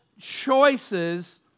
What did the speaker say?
choices